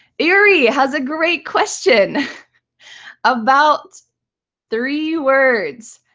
iury has a great question about three words.